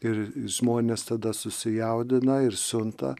ir žmonės tada susijaudina ir siunta